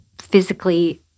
physically